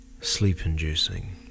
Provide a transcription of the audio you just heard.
sleep-inducing